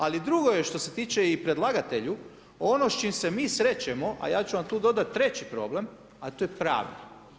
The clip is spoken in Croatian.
Ali drugo je što se tiče i predlagatelju ono s čim se mi srećemo, a ja ću vam tu dodati treći problem, a to je pravni.